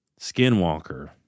Skinwalker